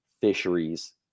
fisheries